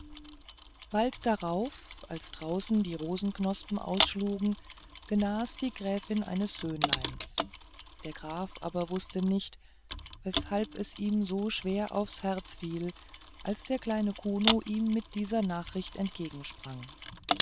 bald darauf als draußen die rosenknospen ausschlugen genas die gräfin eines söhnleins der graf aber wußte nicht weshalb es ihm so schwer aufs herz fiel als der kleine kuno ihm mit dieser nachricht entgegensprang